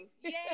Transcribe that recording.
Yay